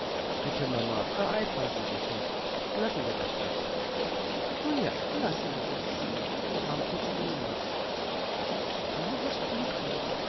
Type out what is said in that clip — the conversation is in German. bitte mama ereifern sie sich nicht lassen wir doch das nun ja lassen wir das ahmte sie ihm nach du hast gut reden